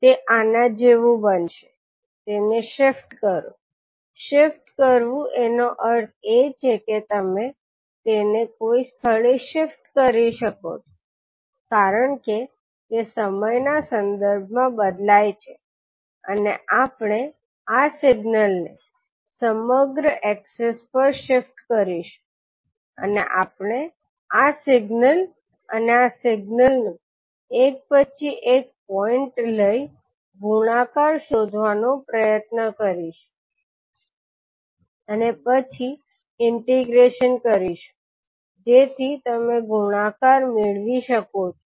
તે આના જેવું બનશે તેને શિફ્ટ કરો શિફ્ટ કરવું એનો અર્થ એ છે કે તમે તેને કોઈ સ્થળે શિફ્ટ કરી શકો છો કારણ કે તે સમયના સંદર્ભમાં બદલાય છે અને આપણે આ સિગ્નલને સમગ્ર અક્સિસ પર શિફ્ટ કરીશું અને આપણે આ સિગ્નલ અને આ સિગ્નલનુ એક પછી એક પોઇંટ લઇ ગુણાકાર શોધવાનો પ્રયત્ન કરીશુ અને પછી ઈન્ટીગ્રૅશન કરીશું જેથી તમે ગુણાકાર મેળવી શકો છો